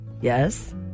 Yes